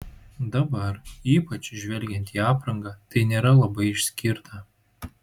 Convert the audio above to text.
dabar ypač žvelgiant į aprangą tai nėra labai išskirta